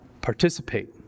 participate